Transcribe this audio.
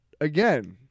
again